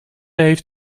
heeft